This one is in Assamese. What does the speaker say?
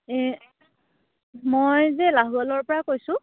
এই মই যে লাহৱালৰ পৰা কৈছোঁ